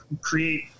create –